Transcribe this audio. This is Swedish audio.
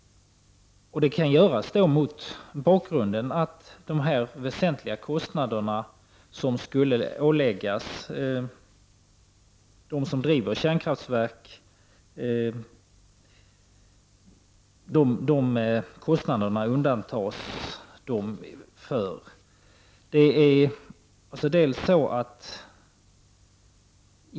Det kan de göra mot bakgrund av att kärnkraftsindustrin inte behöver betala de kostnader som uppstår vid en kärnkraftsolycka.